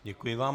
Děkuji vám.